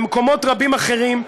במקומות רבים אחרים,